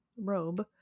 robe